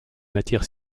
matières